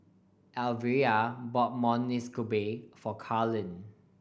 Alvera bought Monsunabe for Carlene